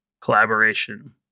collaboration